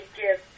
give